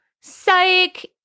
psych